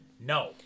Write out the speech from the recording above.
No